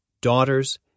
daughters